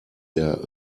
der